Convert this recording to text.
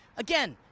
again,